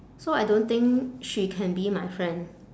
so I don't think she can be my friend